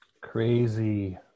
crazy